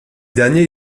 derniers